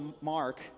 Mark